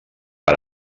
per